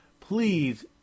Please